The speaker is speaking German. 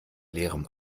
leerem